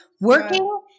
working